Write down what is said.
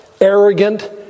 Arrogant